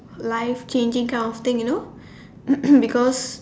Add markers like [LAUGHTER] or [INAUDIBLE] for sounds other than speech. life changing kind of thing you know [COUGHS] because